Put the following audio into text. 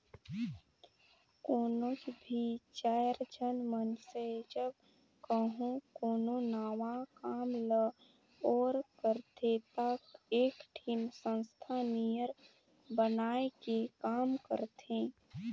कोनोच भी चाएर झन मइनसे जब कहों कोनो नावा काम ल ओर करथे ता एकठिन संस्था नियर बनाए के काम करथें